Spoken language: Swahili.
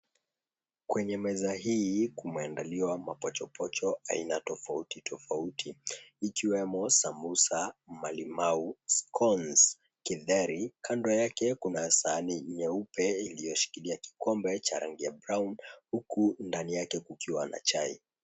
Kwenye meza hii kumeandaliwa mapochopocho aina tofauti tofauti ikiwemo sambusa, malimau, scones , githeri. Kando yake kuna sahani nyeupe iliyoshikilia kikombe cha rangi ya brown huku ndani yake kukiwa na chai.